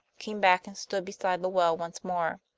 came back and stood beside the well once more.